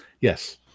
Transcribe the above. Yes